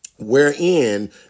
wherein